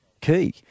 key